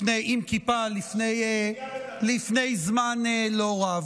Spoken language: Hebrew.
עם כיפה, לפני זמן לא רב.